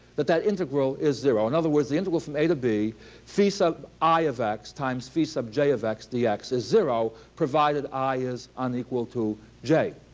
that that integral is zero. in other words, the interval from a to b phi sub i of x times phi sub j of x dx is zero, provided i is unequal to j.